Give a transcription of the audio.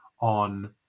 on